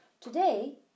Today